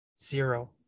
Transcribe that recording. Zero